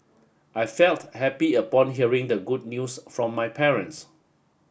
I felt happy upon hearing the good news from my parents